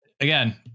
again